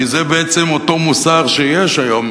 כי זה בעצם אותו מוסר שיש היום